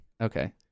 Okay